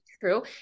true